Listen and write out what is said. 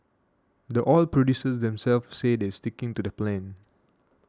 the oil producers themselves say they're sticking to the plan